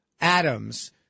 Adams